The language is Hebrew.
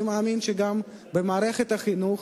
אני מאמין שגם במערכת החינוך